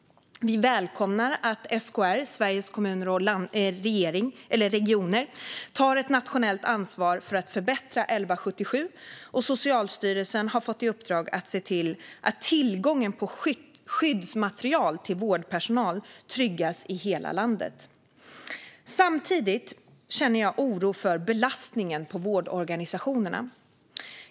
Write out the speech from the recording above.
Vi välkomnar att SKR, Sveriges Kommuner och Regioner, tar ett nationellt ansvar för att förbättra 1177 och att Socialstyrelsen har fått i uppdrag att se till att tillgången på skyddsmateriel till vårdpersonal tryggas i hela landet. Samtidigt känner jag oro för belastningen på vårdorganisationerna.